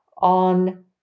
on